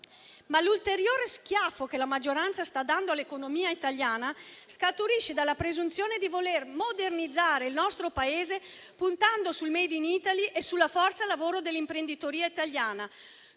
L'ulteriore schiaffo che la maggioranza sta dando all'economia italiana scaturisce però dalla presunzione di voler modernizzare il nostro Paese puntando sul *made in Italy* e sulla forza lavoro dell'imprenditoria italiana,